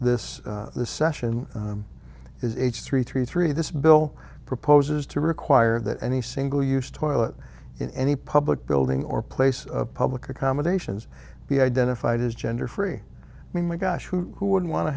senate this session is h three three three this bill proposes to require that any single use toilet in any public building or place public accommodations be identified as gender free i mean my gosh who would want to